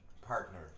partner